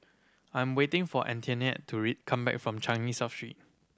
I am waiting for Antoinette to come back from Changi South Street